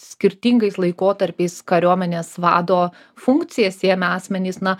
skirtingais laikotarpiais kariuomenės vado funkcijas ėmę asmenys na